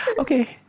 okay